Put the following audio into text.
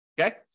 okay